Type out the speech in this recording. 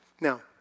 Now